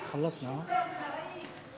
ברכות.